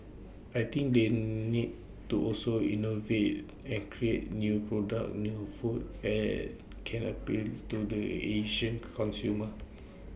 I think they need to also innovate and create new products new food that can appeal to the Asian consumers